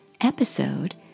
episode